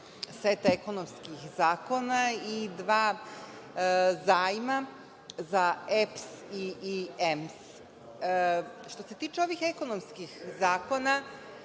seta ekonomskih zakona i dva zajma za EPS i EMS.Što se tiče ovih ekonomskih zakona,